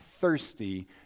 thirsty